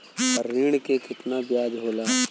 ऋण के कितना ब्याज होला?